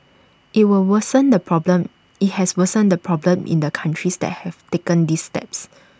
IT will worsen the problem IT has worsened the problem in the countries that have taken these steps